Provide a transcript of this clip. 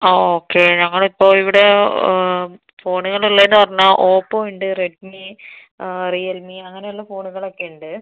ആ ഓക്കെ ഞങ്ങളിപ്പോൾ ഇവിടെ ഫോണുകൾ ഉള്ളതെന്ന് പറഞ്ഞാൽ ഓപ്പോ ഉണ്ട് റെഡ്മി റിയൽമി അങ്ങനെയുള്ള ഫോണുകൾ ഒക്കെ ഉണ്ട്